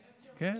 כן,